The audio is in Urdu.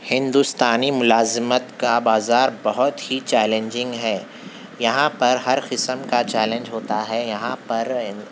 ہندوستانی ملازمت کا بازار بہت ہی چیلنجنگ ہے یہاں پر ہر قسم کا چیلنج ہوتا ہے یہاں پر این